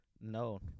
No